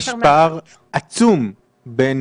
יש פער עצום בין